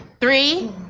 three